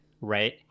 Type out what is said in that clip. right